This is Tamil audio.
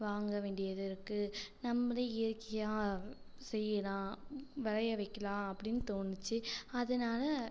வாங்க வேண்டியது இருக்குது நம்மளே இயற்கையாக செய்யலாம் விளைய வைக்கிலாம் அப்படின்னு தோணுச்சு அதனால்